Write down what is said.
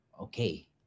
okay